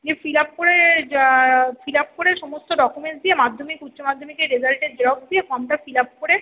দিয়ে fill up করে fill up করে সমস্ত ডকুমেন্টস দিয়ে মাধ্যমিক উচ্চ মাধ্যমিকের রেজাল্টের জেরক্স দিয়ে ফর্মটা ফিল আপ করে